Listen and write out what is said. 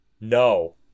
No